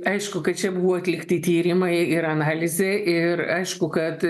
aišku kad čia buvo atlikti tyrimai ir analizė ir aišku kad